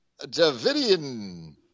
Javidian